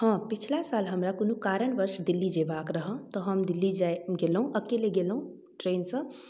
हँ पिछ्ले साल हमरा कोनो कारणवश दिल्ली जेबाक रहऽ तऽ हम दिल्ली जाइ गेलहुँ अकेले गेलहुँ ट्रेनसँ